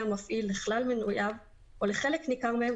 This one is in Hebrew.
המפעיל לכלל מנוייו או לחלק ניכר מהם,